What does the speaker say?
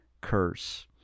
curse